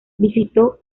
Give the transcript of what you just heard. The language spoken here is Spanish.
visitó